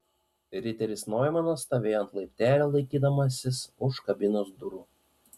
riteris noimanas stovėjo ant laiptelio laikydamasis už kabinos durų